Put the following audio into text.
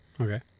Okay